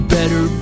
better